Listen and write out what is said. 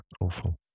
awful